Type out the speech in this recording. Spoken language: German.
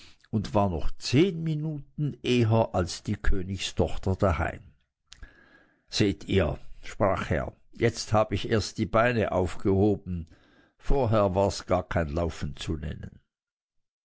und war noch zehn minuten eher als die königstochter daheim seht ihr sprach er jetzt hab ich erst die beine aufgehoben vorher wars gar kein laufen zu nennen